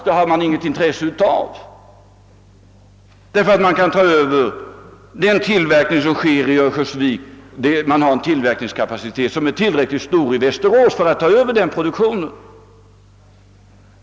Det har vi inget intresse av, ty man har i Västerås en tillräckligt stor tillverkningskapacitet för att ta över den tillverkning som sker i Örnsköldsvik.